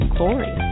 Glory